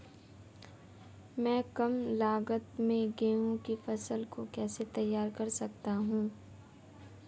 मैं कम लागत में गेहूँ की फसल को कैसे तैयार कर सकता हूँ?